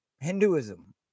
Hinduism